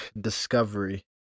discovery